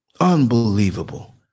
Unbelievable